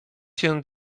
się